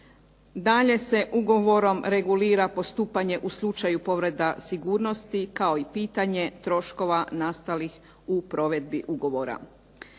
Dalje se ugovorom regulira postupanje u slučaju povreda sigurnosti kao i pitanje troškova nastalih u provedbi ugovora.